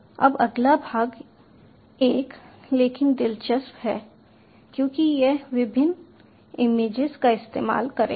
अब अगला भाग एक लेकिन दिलचस्प है क्योंकि यह विभिन्न इमेजेस का इस्तेमाल करेगा